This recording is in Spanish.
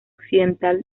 occidental